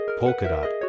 Polkadot